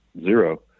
zero